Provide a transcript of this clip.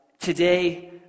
today